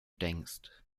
denkst